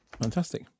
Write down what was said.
Fantastic